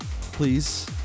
please